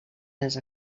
les